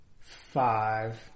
five